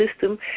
system